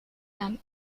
нам